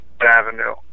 Avenue